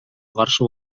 каршы